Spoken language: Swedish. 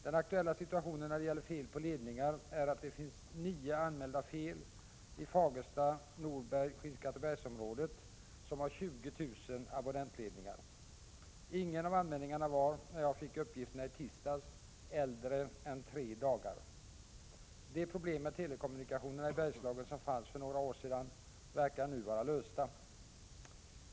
Den aktuella situationen när det gäller fel på ledningar är att det finns nio anmälda fel i Fagersta-Norberg-Skinnskattebergs-området, som har 20 000 abonnentledningar. Ingen av anmälningarna var, när jag fick uppgifterna i tisdags, äldre än tre dagar. De problem med telekommunikationerna i Bergslagen som fanns för några år sedan verkar nu vara lösta.